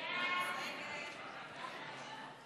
ההצעה להעביר את הצעת חוק רישוי